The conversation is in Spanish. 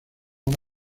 una